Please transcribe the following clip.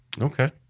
Okay